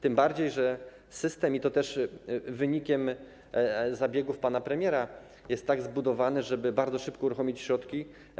Tym bardziej, że system, to też jest wynikiem zabiegów pana premiera, jest tak zbudowany, żeby bardzo szybko uruchomić środki.